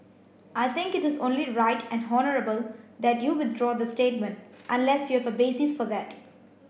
I think it is only right and honourable that you withdraw the statement unless you have a basis for that